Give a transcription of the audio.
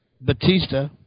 Batista